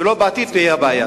ולא תהיה הבעיה בעתיד.